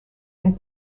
and